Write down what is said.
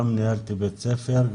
גם ניהלתי בית ספר,